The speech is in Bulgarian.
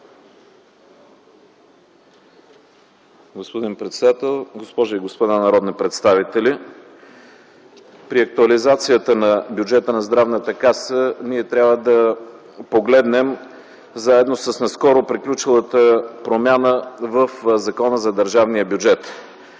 Господин председател, госпожи и господа народни представители! При актуализацията на бюджета на Здравната каса ние трябва да погледнем заедно с наскоро приключилата промяна в Закона за държавния бюджет.